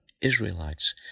Israelites